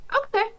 Okay